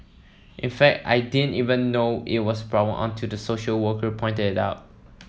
in fact I didn't even know it was a problem until the social worker pointed it out